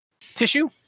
tissue